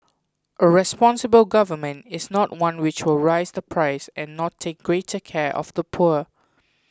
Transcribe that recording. a responsible government is not one which will raise the price and not take greater care of the poor